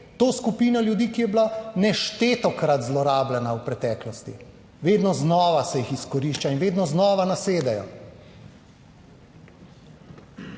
to skupino ljudi, ki je bila neštetokrat zlorabljena v preteklosti. Vedno znova se jih izkorišča in vedno znova nasedejo.